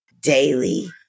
daily